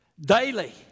daily